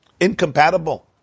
Incompatible